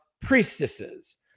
priestesses